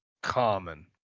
common